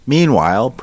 Meanwhile